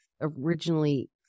originally